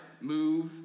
move